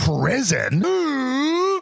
prison